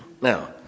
Now